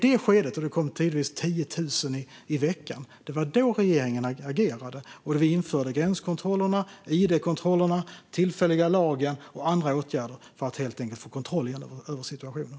Det kom tidvis 10 000 i veckan. Det var i det skedet regeringen agerade och införde gränskontrollerna och id-kontrollerna, den tillfälliga lagen och andra åtgärder för att helt enkelt få kontroll över situationen.